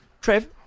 Trev